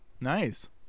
Nice